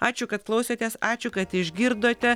ačiū kad klausėtės ačiū kad išgirdote